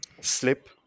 slip